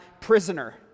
prisoner